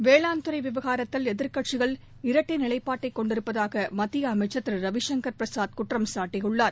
வேளாண் துறை விவகாரத்தில் எதிர்கட்சிகள் இரட்டை நிலைப்பாட்டை கொண்டிருப்பதாக மத்திய அமைச்சர் திரு ரவிசங்கர் பிரசாத் குற்றம்சாட்டியுள்ளார்